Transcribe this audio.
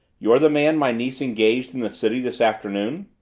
you're the man my niece engaged in the city this afternoon?